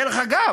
דרך אגב,